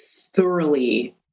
thoroughly